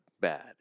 bad